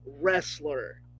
wrestler